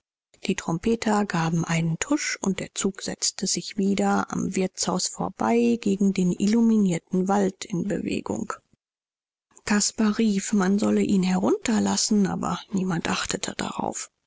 die trompeter gaben einen tusch und der zug setzte sich wieder am wirtshaus vorbei gegen den illuminierten wald in bewegung caspar rief man solle ihn herunterlassen aber niemand achtete darauf